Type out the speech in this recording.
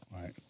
right